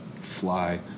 fly